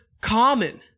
common